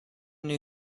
new